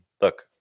look